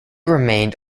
remained